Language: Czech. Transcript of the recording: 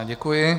Děkuji.